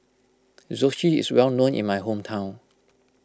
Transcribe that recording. Zosui is well known in my hometown